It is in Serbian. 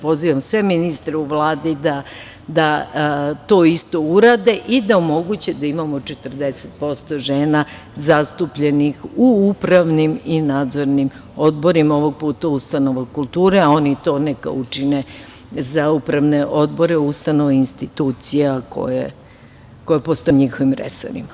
Pozivam sve ministre u Vladi da to isto urade i da omoguće da imamo 40% žena zastupljenih u upravnim i nadzornim odborima ovog puta ustanova kulture, a oni to neka učine za uprave odbore ustanova i institucija koje postoje u njihovim resorima.